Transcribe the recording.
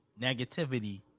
Negativity